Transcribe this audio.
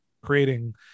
creating